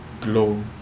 glow